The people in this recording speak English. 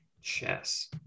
Chess